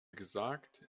gesagt